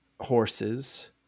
horses